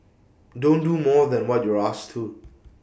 don't do more than what you're asked to